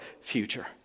future